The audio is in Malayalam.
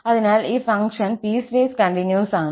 അതിനാൽ ഈ ഫംഗ്ഷൻ പീസ്വേസ് കണ്ടിന്യൂസ് ആണ്